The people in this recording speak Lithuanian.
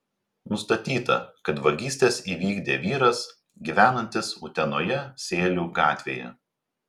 nustatyta kad vagystes įvykdė vyras gyvenantis utenoje sėlių gatvėje